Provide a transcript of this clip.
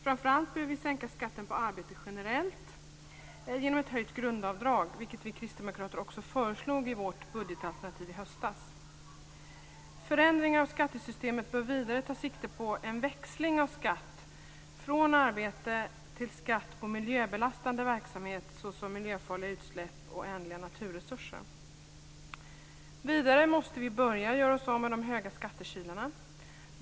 Framför allt behöver vi sänka skatten på arbete generellt genom ett höjt grundavdrag, vilket vi kristdemokrater också föreslog i vårt budgetalternativ i höstas. Förändringar av skattesystemet bör vidare ta sikte på en växling av skatt från arbete till skatt på miljöbelastande verksamhet såsom miljöfarliga utsläpp och ändliga naturresurser. Vidare måste vi börja göra oss av med de höga skattekilarna.